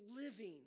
living